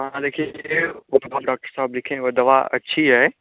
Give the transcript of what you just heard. हाँ देखिए डाक्टर साहब ने लिखी है वह दवा अच्छी है